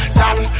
down